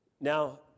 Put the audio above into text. Now